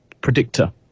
predictor